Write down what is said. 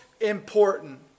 important